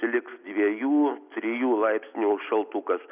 liks dviejų trijų laipsnių šaltukas